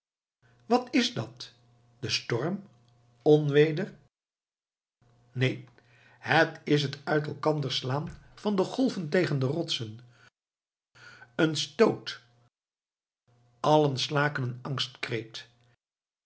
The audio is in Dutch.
wat is dat de storm onweder neen het is het uit elkander slaan van de golven tegen de rotsen een stoot allen slaken